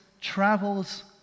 travels